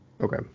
Okay